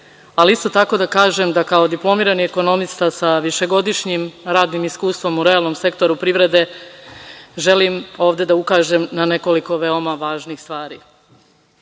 ali isto tako da kažem kao diplomirani ekonomista sa višegodišnjim radom i iskustvom u realnom sektoru privrede želim ovde da ukažem na nekoliko veoma važnih stvari. Naime,